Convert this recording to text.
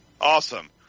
Awesome